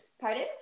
pardon